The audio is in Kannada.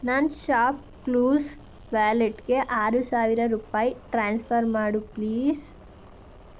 ನನ್ನ ಶಾಪ್ಕ್ಲೂಸ್ ವ್ಯಾಲೆಟ್ಗೆ ಆರು ಸಾವಿರ ರೂಪಾಯಿ ಟ್ರಾನ್ಸ್ಫರ್ ಮಾಡು ಪ್ಲೀಸ್